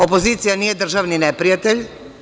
Opozicija nije državni neprijatelj.